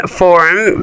forum